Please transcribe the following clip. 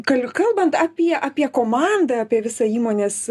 kal kalbant apie apie komandą apie visą įmonės